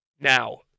Now